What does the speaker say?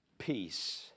peace